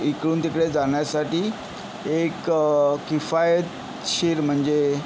इकडून तिकडे जाण्यासाठी एक किफायतशीर म्हणजे